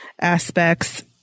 aspects